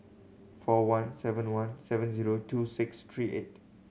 four one seven one seven zero two six three eight